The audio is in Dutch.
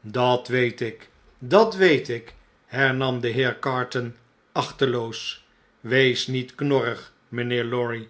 dat weet ik dat weet ik hernam de heer carton aehteloos wees niet knorrig mijnheer lorry